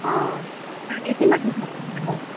অঁ তাকে কিমান দিন থকা হয় আৰু